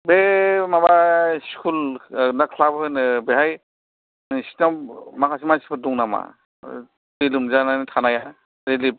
बे माबा स्कुल ना क्लाब होनो बेवहाय नोंसोरनाव माखासे मानसिफोर दं नामा दै लोमजानानै थानाया